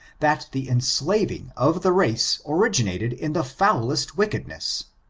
that the enslaving of the race originated in the foulest wickedness?